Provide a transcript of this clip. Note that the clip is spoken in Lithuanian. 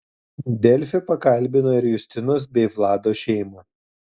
delfi pakalbino ir justinos bei vlado šeimą